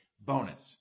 Bonus